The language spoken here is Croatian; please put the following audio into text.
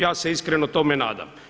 Ja se iskreno tome nadam.